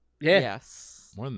Yes